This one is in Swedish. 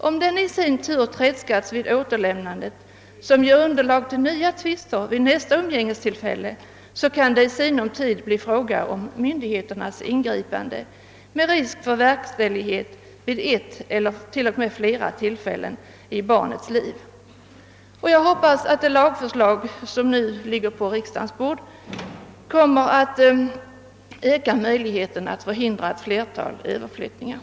Om denne i sin tur tredskas vid återlämnandet av barnet, vilket ger underlag till nya tvister vid nästa umgängestillfälle, kan det i sin tur medföra ingripande av myndigheterna, med risk för verkställighet vid ett eller flera tillfällen i barnets liv. — Jag hoppas att det lagförslag som nu ligger på riksdagens bord kommer att öka möjligheten att förhindra ett flertal sådana Ööverflyttningar.